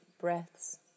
breaths